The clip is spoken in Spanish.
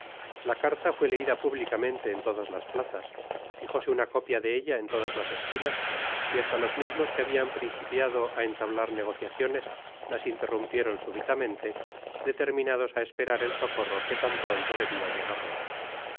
la carta fué leida públicamente en todas las plazas fijóse una copia de ella en todas las esquinas y hasta los mismos que habian principiado á entabiar negocia ciones las interrumpieron súbitamente determinados á esperar el socorro que tan pronto debia llegarles